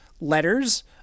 letters